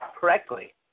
correctly